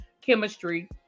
chemistry